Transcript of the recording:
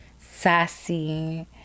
sassy